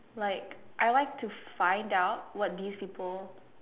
like I like to find out what these people